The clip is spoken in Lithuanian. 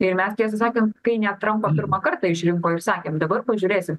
ir mes tiesą sakant kai net trampą pirmą kartą išrinko ir sakėm dabar pažiūrėsim